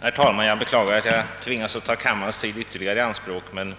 Herr talman! Jag beklagar att jag tvingas att ta kammarens tid ytterligare i anspråk, men